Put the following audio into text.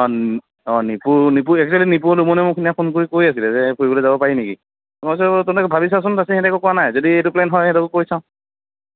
অ' অ' নিপু নিপুও সেইদিনা মোক ফোন কৰি কৈ আছিলে যে ফুৰিবলৈ যাব পাৰি নেকি মই কৈছো ভাবি চাচোন তাৰপিছতে সিহঁতে একো কোৱা নাই যদি এইটো প্লেন হয় সিহঁতকো কৈ চাওঁ